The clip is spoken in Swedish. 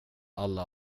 alla